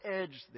edge